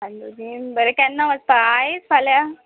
हालो बीन बरें केन्ना वचपा आयज फाल्यां